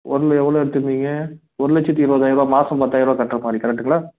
ஒன்று எவ்வளோ எடுத்துருந்திங்க ஒரு லட்சத்தி இருபதாயரூவா மாசம் பத்தாயரூபா கட்டுற மாதிரி கரெக்டுங்களா